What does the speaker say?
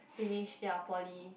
finish their poly